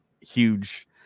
huge